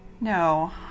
No